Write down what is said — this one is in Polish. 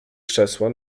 krzesła